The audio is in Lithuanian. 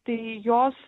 tai jos